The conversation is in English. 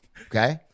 Okay